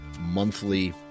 monthly